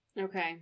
Okay